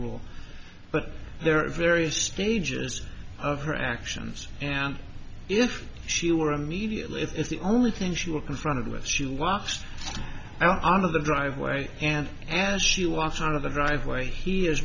rule but there are various stages of her actions and if she were immediately is the only things you are confronted with she walks out of the driveway and and she wants out of the driveway he is